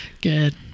good